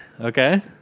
Okay